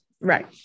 right